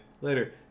Later